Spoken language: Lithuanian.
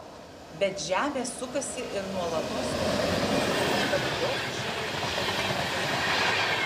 bet žemė sukasi ir nuolatos kinta taigi palydovui žiūrėti žemyn negana